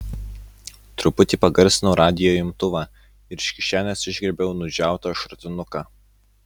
truputį pagarsinau radijo imtuvą ir iš kišenės išgriebiau nudžiautą šratinuką